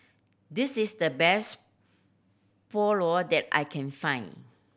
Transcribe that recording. this is the best Pulao that I can find